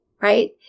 right